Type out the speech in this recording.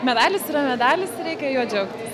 medalis yra medalis ir reikia juo džiaugtis